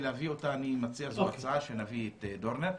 אני מציע שנביא את דורנר,